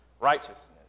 righteousness